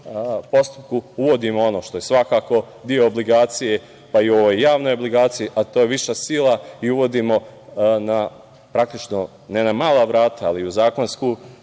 postupku uvodimo ono što je svakako deo obligacije, pa i ove javne obligacije, a to je viša sila i uvodimo, praktično, ne na mala vrata, ali u zakonsku